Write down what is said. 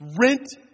Rent